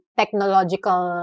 technological